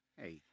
hey